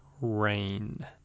rain